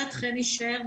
חני שר.